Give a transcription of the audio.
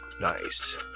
Nice